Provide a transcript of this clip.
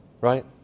Right